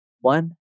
One